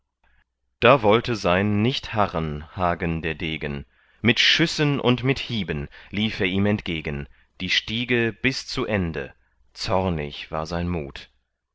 da wollte sein nicht harren hagen der degen mit schüssen und mit hieben lief er ihm entgegen die stiege bis zu ende zornig war sein mut